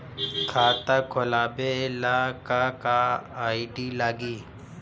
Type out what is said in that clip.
खाता खोलाबे ला का का आइडी लागी?